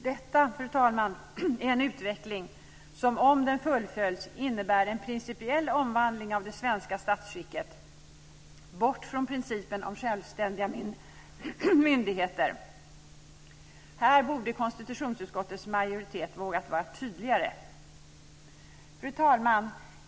Detta är, fru talman, en utveckling som om den fullföljs innebär en principiell omvandling av det svenska statsskicket - bort från principen om självständiga myndigheter. Här borde konstitutionsutskottets majoritet vågat vara tydligare. Fru talman!